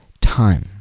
time